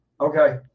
Okay